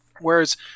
Whereas